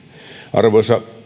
arvoisa